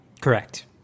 Correct